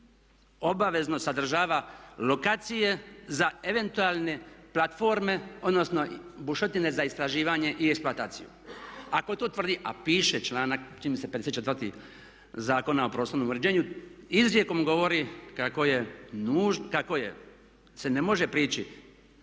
obavezno sadržava lokacije za eventualne platforme, odnosno bušotine za istraživanje i eksploataciju. Ako to tvrdi a piše članak, čini mi se 54, Zakona o prostornom uređenju, izrijekom govori kako se ne može prići